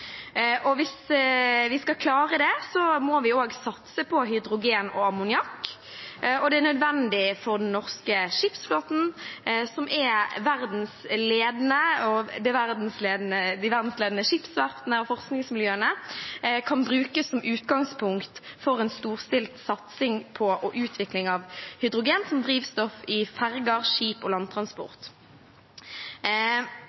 transport. Hvis vi skal klare det, må vi også satse på hydrogen og ammoniakk. Det er nødvendig for den norske skipsflåten, som de verdensledende skipsverftene og forskningsmiljøene kan bruke som utgangspunkt for en storstilt satsing på og utvikling av hydrogen som drivstoff i ferger, skip og